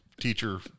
Teacher